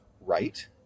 right